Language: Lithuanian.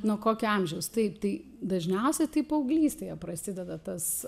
nuo kokio amžiaus taip tai dažniausiai tai paauglystėje prasideda tas